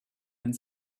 and